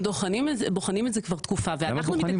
בוחנים את זה כבר תקופה- -- אז קודם כל,